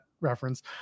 reference